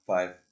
Five